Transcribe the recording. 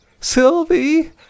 Sylvie